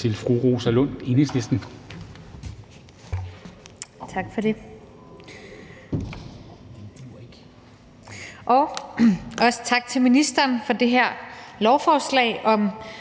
også tak til ministeren for det her lovforslag om